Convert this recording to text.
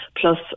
plus